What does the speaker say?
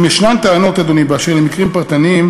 אם יש טענות, אדוני, באשר למקרים פרטניים,